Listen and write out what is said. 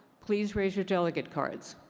please raise your delegate cards.